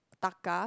Taka